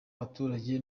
abaturage